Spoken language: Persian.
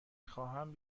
خواهم